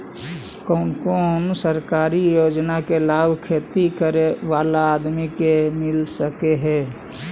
कोन कोन सरकारी योजना के लाभ खेती करे बाला आदमी के मिल सके हे?